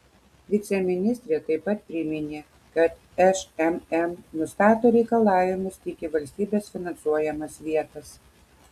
viceministrė taip pat priminė kad šmm nustato reikalavimus tik į valstybės finansuojamas vietas